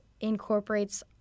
incorporates